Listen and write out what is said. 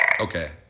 okay